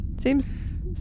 Seems